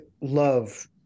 love